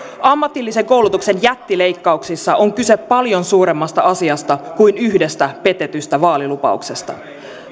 ammatillisen koulutuksen jättileikkauksissa on kyse paljon suuremmasta asiasta kuin yhdestä petetystä vaalilupauksesta